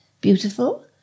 beautiful